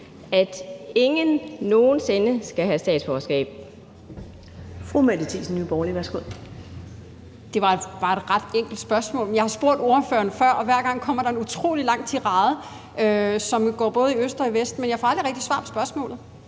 Thiesen, Nye Borgerlige. Værsgo. Kl. 13:40 Mette Thiesen (NB): Det var et ret enkelt spørgsmål, og jeg har spurgt ordføreren før, og hver gang kommer der en utrolig lang tirade, som går både i øst og vest, men jeg får aldrig svar på spørgsmålet.